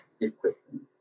equipment